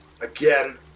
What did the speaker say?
again